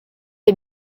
est